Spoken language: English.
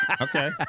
Okay